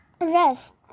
rest